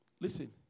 Listen